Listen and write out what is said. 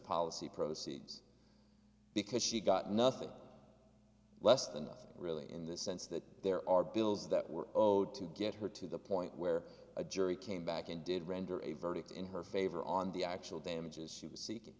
policy proceeds because she got nothing less than nothing really in the sense that there are bills that were owed to get her to the point where a jury came back and did render a verdict in her favor on the actual damages she was seeking